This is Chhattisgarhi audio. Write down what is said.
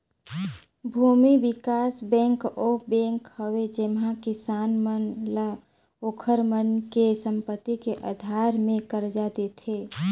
भूमि बिकास बेंक ओ बेंक हवे जिहां किसान मन ल ओखर मन के संपति के आधार मे करजा देथे